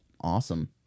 awesome